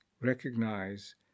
recognize